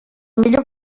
millor